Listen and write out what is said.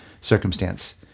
circumstance